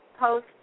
post